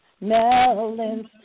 melons